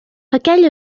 aquell